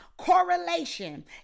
correlation